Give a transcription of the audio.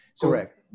Correct